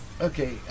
Okay